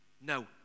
No